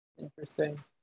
Interesting